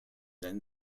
then